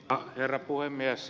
arvoisa herra puhemies